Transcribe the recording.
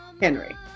Henry